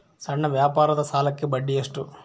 ಸಣ್ಣ ವ್ಯಾಪಾರದ ಸಾಲಕ್ಕೆ ಬಡ್ಡಿ ಎಷ್ಟು?